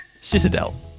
citadel